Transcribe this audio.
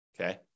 Okay